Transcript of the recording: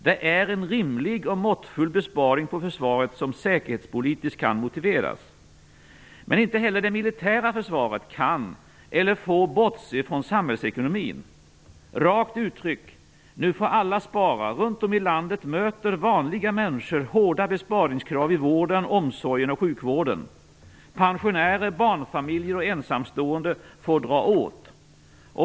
Det är en rimlig och måttfull besparing på försvaret, som säkerhetspolitiskt kan motiveras. Inte heller det militära försvaret kan eller får bortse från samhällsekonomin. Rakt uttryckt: Nu får alla spara. Runt om i landet möter vanliga människor hårda besparingskrav i vården, omsorgen och sjukvården. Pensionärer, barnfamiljer och ensamstående får dra åt.